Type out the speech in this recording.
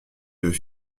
deux